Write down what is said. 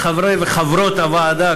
לחברי וחברות הוועדה,